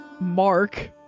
Mark